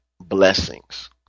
blessings